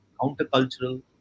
countercultural